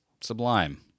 Sublime